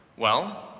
well,